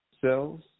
cells